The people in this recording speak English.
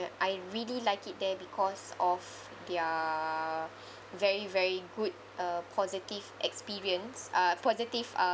I really like it there because of their very very good uh positive experience uh positive uh